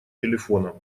телефона